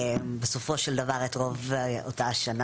בסופו של דבר את רוב אותה השנה,